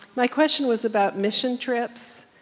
my question was about mission trips.